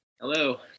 Hello